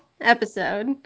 episode